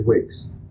weeks